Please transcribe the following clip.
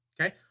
Okay